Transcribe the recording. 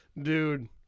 Dude